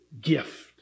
gift